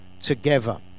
together